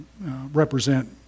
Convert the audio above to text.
represent